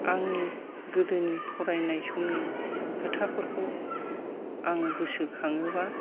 आंनि गोदोनि फरायनाय समनि खोथाफोरखौ आङो गोसोखाङोबा